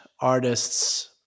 artists